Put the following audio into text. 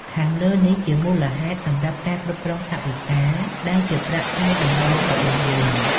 ខាងលើនេះជាមូលហេតុសម្រាប់ការគ្រប់គ្រងថវិកា ដែលជាប្រាក់ខែដំបូងរបស់យើង។